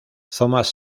thomas